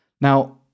Now